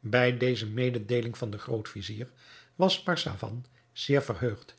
bij deze mededeeling van den groot-vizier was marzavan zeer verheugd